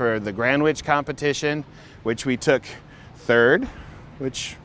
the ground which competition which we took third which